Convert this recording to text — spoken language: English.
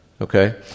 okay